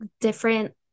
different